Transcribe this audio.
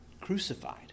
crucified